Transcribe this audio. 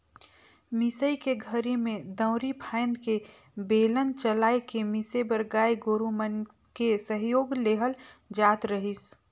मिसई के घरी में दउंरी फ़ायन्द के बेलन चलाय के मिसे बर गाय गोरु मन के सहयोग लेहल जात रहीस